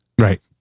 Right